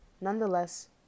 Nonetheless